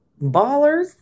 ballers